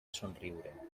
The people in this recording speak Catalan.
somriure